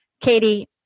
Katie